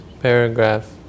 paragraph